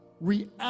react